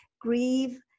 Grieve